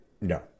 No